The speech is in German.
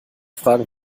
fragen